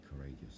courageous